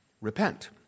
repent